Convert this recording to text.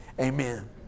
amen